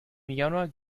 januar